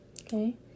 okay